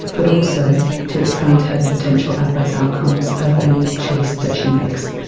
but also to explain to her the potential adverse outcomes of any choice that she makes.